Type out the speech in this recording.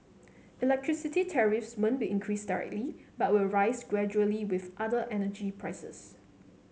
electricity tariffs won't be increased directly but will rise gradually with other energy prices